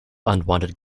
unwanted